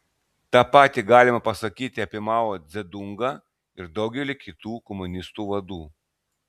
tą patį galima pasakyti apie mao dzedungą ir daugelį kitų komunistų vadų